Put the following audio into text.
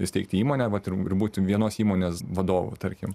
įsteigti įmonę vat ir ir būti vienos įmonės vadovas tarkim